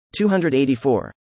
284